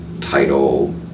title